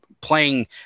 playing